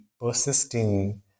persisting